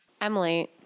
Emily